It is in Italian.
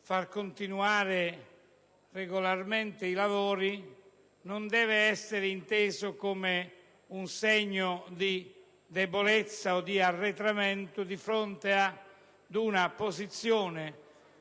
far continuare regolarmente i lavori non deve essere intesa come un segnale di debolezza o di arretramento di fronte ad una posizione